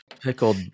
pickled